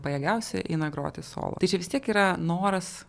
pajėgiausi eina grot į solo tai čia vis tiek yra noras